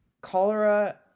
cholera